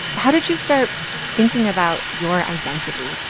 how did you start thinking about your identity?